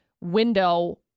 window